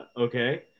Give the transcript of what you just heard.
okay